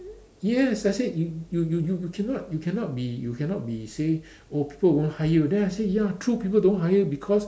yes I said you you you cannot you cannot be you cannot be say oh people won't hire you true people don't hire you because